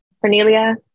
Cornelia